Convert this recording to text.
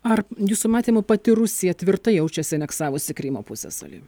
ar jūsų matymu pati rusija tvirtai jaučiasi aneksavusi krymo pusiasalį